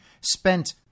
spent